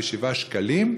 ו-7 שקלים,